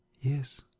yes